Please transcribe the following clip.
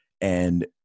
and-